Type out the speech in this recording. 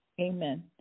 Amen